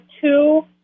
two